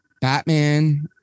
Batman